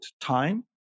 time